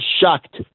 shocked